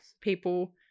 people